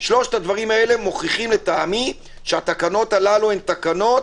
שלושת הדברים הללו מוכיחים לטעמי שהתקנות הללו הן תקנות